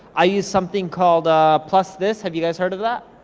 i use something called plusthis. have you guys heard of that?